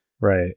right